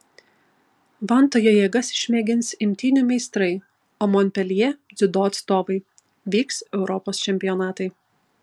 vantoje jėgas išmėgins imtynių meistrai o monpeljė dziudo atstovai vyks europos čempionatai